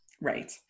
Right